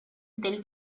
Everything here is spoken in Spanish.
del